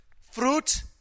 fruit